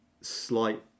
slight